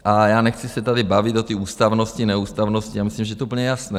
A já nechci se tady bavit o té ústavnosti, neústavnosti, já myslím, že to je úplně jasné.